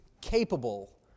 capable